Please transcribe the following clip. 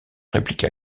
répliqua